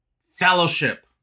fellowship